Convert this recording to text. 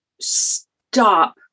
stop